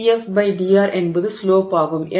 dF dr என்பது slope ஆகும்